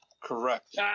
Correct